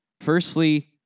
Firstly